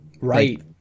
Right